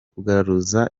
kugaruza